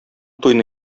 туйны